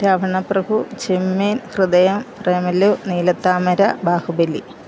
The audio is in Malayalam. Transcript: രാവണപ്രഭു ചെമ്മീൻ ഹൃദയം പ്രേമലു നീലത്താമര ബാഹുബലി